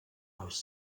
als